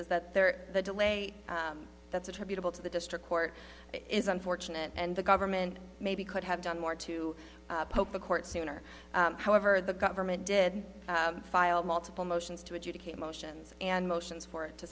is that there the delay that's attributable to the district court is unfortunate and the government maybe could have done more to poke the court sooner however the government did file multiple motions to adjudicate motions and motions for it to